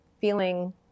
feeling